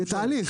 זה תהליך.